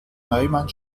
neumann